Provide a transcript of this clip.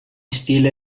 stile